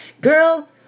girl